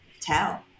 tell